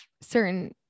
certain